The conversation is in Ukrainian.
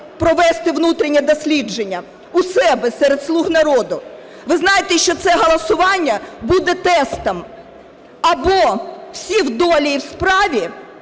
провести внутрішнє дослідження у себе серед "Слуг народу"? Ви знаєте, що це голосування буде тестом: або всі в долі і в справі,